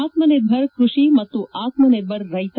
ಆತ್ಮನಿರ್ಭರ್ ಕೃಷಿ ಮತ್ತು ಆತ್ಮನಿರ್ಭರ್ ರೈತ